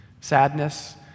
sadness